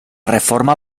reforma